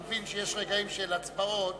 אני מבין שיש רגעים של הצבעות,